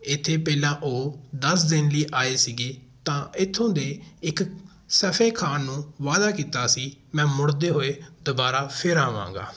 ਇੱਥੇ ਪਹਿਲਾਂ ਉਹ ਦਸ ਦਿਨ ਲਈ ਆਏ ਸੀਗੇ ਤਾਂ ਇੱਥੋਂ ਦੇ ਇੱਕ ਸਫੇ ਖਾਨ ਨੂੰ ਵਾਅਦਾ ਕੀਤਾ ਸੀ ਮੈਂ ਮੁੜਦੇ ਹੋਏ ਦੁਬਾਰਾ ਫਿਰ ਆਵਾਂਗਾ